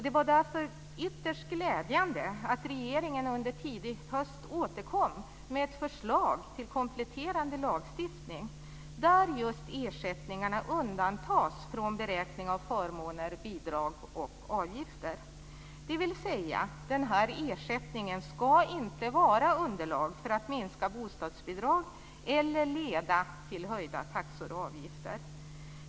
Det var därför ytterst glädjande att regeringen under tidig höst återkom med ett förslag till kompletterande lagstiftning där just ersättningarna undantas från beräkning av förmåner, bidrag och avgifter. Den här ersättningen ska alltså inte vara underlag för att minska bostadsbidrag eller leda till höjda taxor och avgifter.